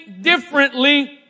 differently